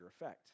effect